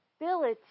ability